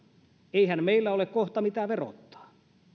eihän meillä kohta ole mitä verottaa